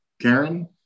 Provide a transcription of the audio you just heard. Karen